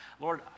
Lord